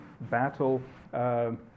battle